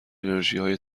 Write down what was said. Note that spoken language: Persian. انرژیهای